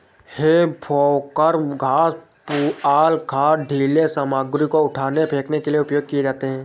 हे फोर्कव घास, पुआल, खाद, ढ़ीले सामग्री को उठाने, फेंकने के लिए उपयोग किए जाते हैं